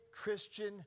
Christian